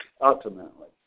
ultimately